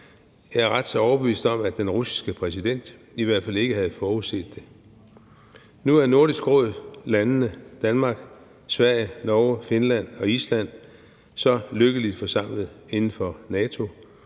Jeg er ret så overbevist om, at den russiske præsident i hvert fald ikke have forudset det. Nu er Nordisk Råd-landene, Danmark, Sverige, Norge, Finland og Island, så lykkeligt forsamlet inden for NATO,